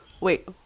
wait